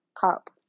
cup